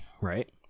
right